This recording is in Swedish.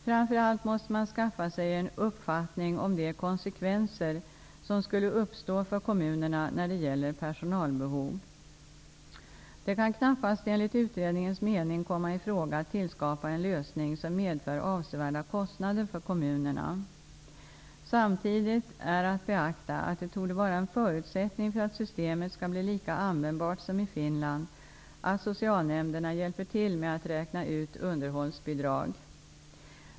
Framför allt måste man skaffa sig en uppfattning om de konsekvenser som skulle uppstå för kommunerna när det gäller personalbehov. Det kan knappast enligt utredningens mening komma i fråga att tillskapa en lösning som medför avsevärda kostnader för kommunerna. Samtidigt är att beakta att det torde vara en förutsättning för att systemet skall bli lika användbart som i Finland att socialnämnderna hjälper till med att räkna ut underhållsbidrag.